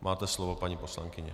Máte slovo, paní poslankyně.